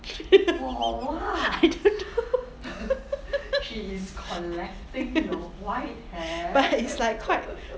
I don't know but it's like quite